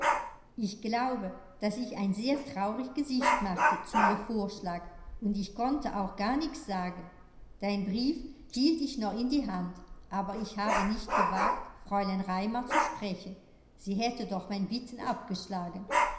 ich glaube daß ich ein sehr traurig gesicht machte zu ihr vorschlag und ich konnte auch gar nix sagen dein brief hielt ich noch in die hand aber ich habe nicht gewagt fräulein raimar zu sprechen sie hätte doch mein bitten abgeschlagen